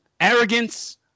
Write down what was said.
Arrogance